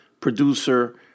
producer